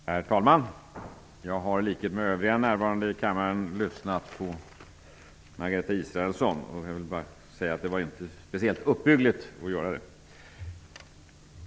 Herr talman! Jag har i likhet med övriga närvarande i kammaren lyssnat på Margareta Israelsson. Jag vill bara säga att det inte var speciellt uppbyggligt att göra det.